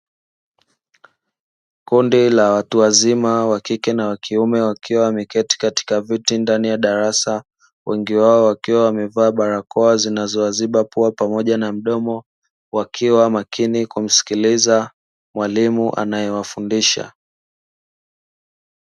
Kundi la watu wazima wakike na wakiume, wakiwa wameketi katika viti ndani ya darasa, wengi wao wakiwa wamevaa barakoa zinazowaziba pua pamoja na mdomo, wakiwa makini kumsikiliza mwalimu anayewafundisha.